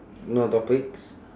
no topics